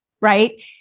Right